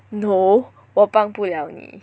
no 我帮不了你